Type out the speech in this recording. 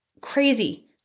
crazy